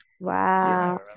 Wow